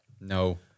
No